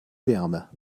wärme